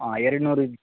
ಹಾಂ ಎರಡು ನೂರು